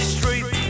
Street